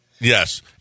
yes